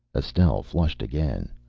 estelle flushed again.